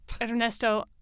Ernesto